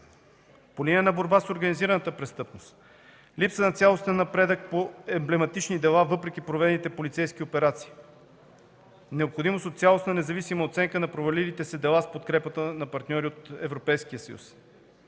По линия на „Борба с организираната престъпност” – липса на цялостен напредък по емблематични дела, въпреки проведените полицейски операции, необходимост от цялостно независима оценка на провалилите се дела в подкрепата на партньори от Европейския съюз.